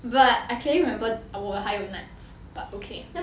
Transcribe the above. but I clearly remember I 我还有 nuts but okay